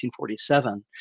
1947